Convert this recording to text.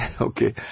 okay